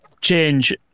Change